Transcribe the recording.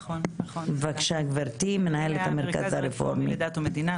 בבקשה גבירתי, מנהלת המרכז הרפורמי לדת ומדינה.